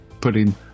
putting